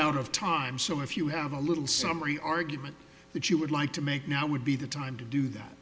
out of time so if you have a little summary argument that you would like to make now would be the time to do that